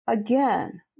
Again